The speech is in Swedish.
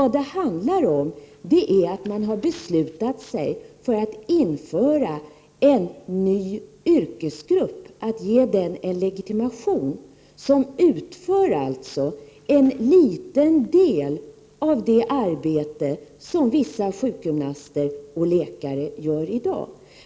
Det handlar om att man har beslutat sig för att införa en ny yrkesgrupp och ge den en legitimation, en yrkesgrupp som utför en liten del av det arbete som vissa sjukgymnaster och läkare gör i dag.